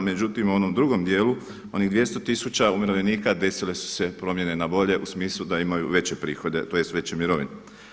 Međutim u onom drugom dijelu onih 200 tisuća umirovljenika desile su se promjene na bolje u smislu da imaju veće prihode, tj. veće mirovine.